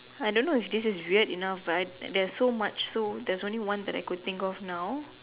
I don't know if this is weird enough but there is so much so there is only one that I could think off now